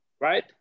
right